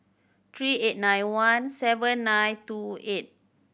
three eight nine one seven nine two eight